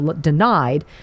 denied